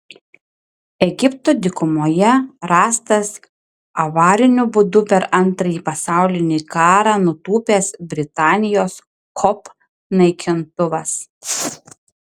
egipto dykumoje rastas avariniu būdu per antrąjį pasaulinį karą nutūpęs britanijos kop naikintuvas